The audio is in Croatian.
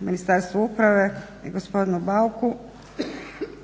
Ministarstvu uprave i gospodinu Bauku